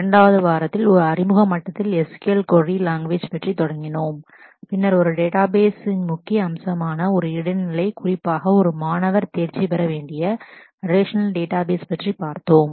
2 வது வாரத்தில் ஒரு அறிமுக மட்டத்தில் SQL கொரி லாங்குவேஜ் பற்றி தொடங்கினோம் பின்னர் ஒரு டேட்டாபேஸ் முக்கிய அம்சமான ஒரு இடைநிலை குறிப்பாக ஒரு மாணவர் தேர்ச்சி பெற வேண்டிய ரிலேஷநல் டேட்டாபேஸ் பற்றி பார்த்தோம்